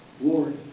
Lord